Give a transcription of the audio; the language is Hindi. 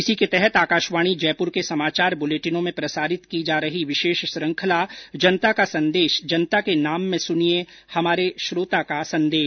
इसी के तहत आकाशवाणी जयप्र के समाचार बुलेटिनों में प्रसारित की जा रही विशेष श्रुखंला जनता का संदेश जनता के नाम में सुनिये हमारे श्रोता का संदेश